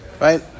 right